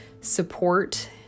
support